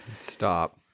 Stop